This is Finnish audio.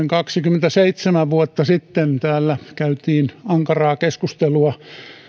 kaksikymmentäseitsemän vuotta sitten täällä käytiin ankaraa keskustelua